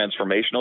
transformational